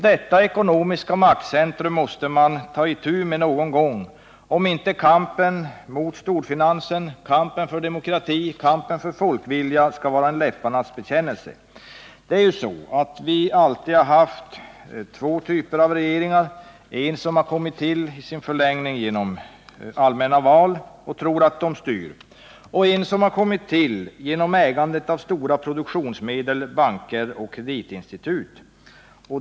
Detta ekonomiska maktcentrum måste man 61 någon gång ta itu med om inte kampen mot storfinansen, kampen för demokrati, kampen för folkvilja skall vara bara en läpparnas bekännelse. Vi har alltid haft två typer av regeringar, en som har kommit till genom allmänna val och som tror att den styr och en som har kommit till genom ägandet av stora produktionsmedel, banker och kreditinstitut.